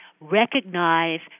recognize